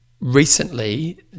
recently